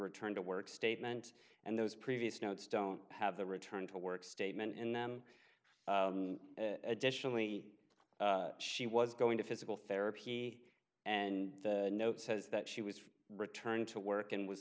return to work statement and those previous notes don't have the return to work statement in them additionally she was going to physical therapy and the note says that she was returned to work and was